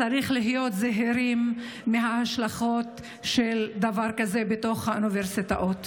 צריך להיות זהירים מההשלכות של דבר כזה בתוך האוניברסיטאות.